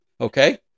Okay